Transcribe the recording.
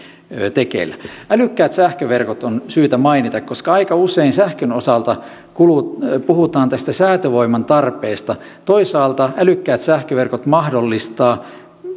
tekeillä älykkäät sähköverkot on syytä mainita koska aika usein sähkön osalta puhutaan säätövoiman tarpeesta toisaalta älykkäät sähköverkot mahdollistavat